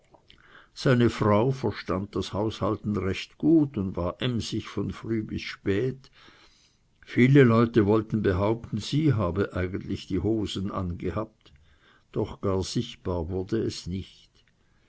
seine frau verstand das haushalten recht gut und war emsig von früh bis spät viele leute wollten behaupten sie habe eigentlich die hosen angehabt doch gar sichtbar wurde es nicht